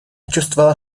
чувствовала